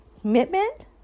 commitment